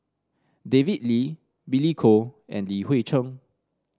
David Lee Billy Koh and Li Hui Cheng